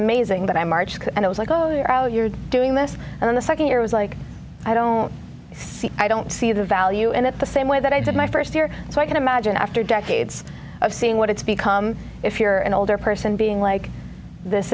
amazing but i marched and i was like oh you're all you're doing this and the nd year was like i don't see i don't see the value and at the same way that i did my st year so i can imagine after decades of seeing what it's become if you're an older person being like this